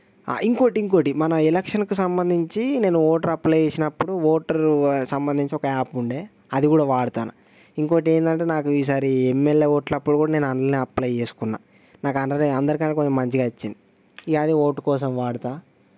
ఇంకోకటి ఇంకోకటి మన ఎలక్షన్లకి సంబంధించి నేను ఓటర్ అప్లై చేసినప్పుడు ఓటర్ సంబంధించిన ఒక యాప్ ఉండే అది కూడా వాడతాను ఇంక ఏంటంటే నాకు ఈసారి ఎంఎల్ఏ ఓట్లప్పుడు కూడా నేను అందులోనే అప్లై చేసుకున్నాను నాకు అందులోనే అందరికన్నా కొంచెం మంచిగా వచ్చింది ఇంక అది ఓటు కోసం వాడుతాను